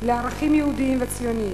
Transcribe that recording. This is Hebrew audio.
לערכים יהודיים וציוניים,